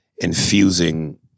infusing